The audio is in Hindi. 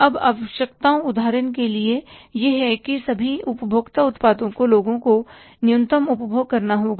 अब आवश्यकताएं उदाहरण के लिए यह हैं कि सभी उपभोक्ता उत्पादों को लोगों को न्यूनतम उपभोग करना होगा